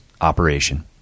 operation